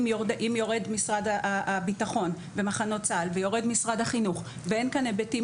אם יורד משרד הביטחון ומחנות צה"ל ויורד משרד החינוך ואין כאן היבטים